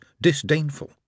disdainful